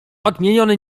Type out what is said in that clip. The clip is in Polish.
odmieniony